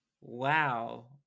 wow